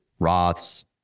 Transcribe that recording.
Roths